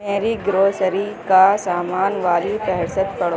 میری گروسری کا سامان والی فہرست پڑھو